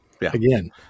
again